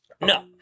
no